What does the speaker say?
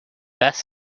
best